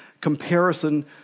comparison